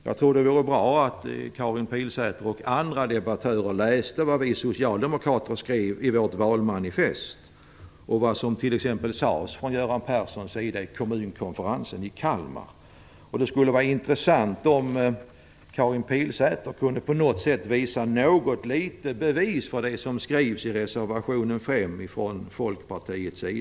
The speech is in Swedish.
Jag tror det vore bra om Karin Pilsäter och andra debattörer läste vad vi socialdemokrater skrev i vårt valmanifest och vad som t.ex. sades av Göran Det skulle vara intressant om Karin Pilsäter på något sätt kunde visa något litet bevis för det som skrivs i reservation 6 från Folkpartiet.